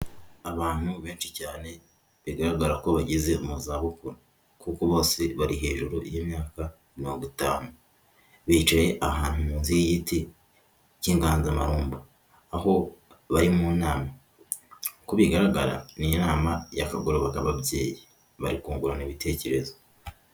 Abantu benshi cyane bigaragara ko bageze mu za bukuru kuko bose bari hejuru y'imyaka mirongo itanu, bicaye ahantu munsi y'igiti k'inganzamarumbo aho bari mu nama. ku bigaragara iyi nama yauriwemo n'ababyeyi bari kungurana ibitekerezo.